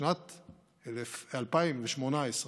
בשנת 2018,